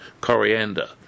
coriander